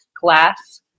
glass